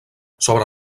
sobre